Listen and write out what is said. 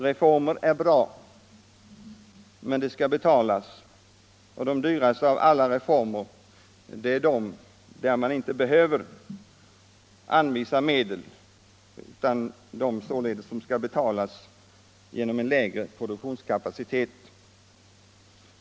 Reformer är bra men de skall betalas, och de dyraste av alla reformer är de som man inte behöver anvisa medel för, eftersom de skall betalas indirekt genom lägre produktionskapacitet.